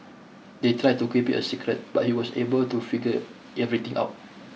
they tried to keep it a secret but he was able to figure everything out